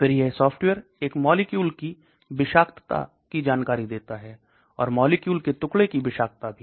फिर यह सॉफ्टवेयर एक मॉलिक्यूल की विषाक्तता की जानकारी देता है और मॉलिक्यूल के टुकड़े की विषाक्तता भी